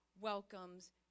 welcomes